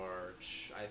March